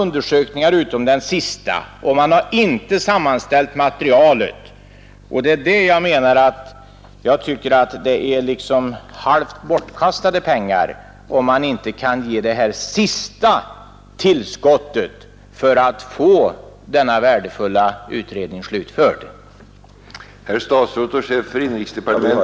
När det är så stora belopp finner jag det för min del helt naturligt att man övervakar hur utredningsarbetet sker. Ang. produktions Och som sagt var: Det finns ju inte anledning i dag att dra den begränsningar inom slutsatsen att det här undersökningsarbetet skall läggas ner. pappersoch massaindustrin